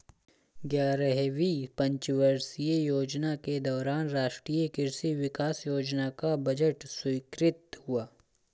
ग्यारहवीं पंचवर्षीय योजना के दौरान राष्ट्रीय कृषि विकास योजना का बजट स्वीकृत हुआ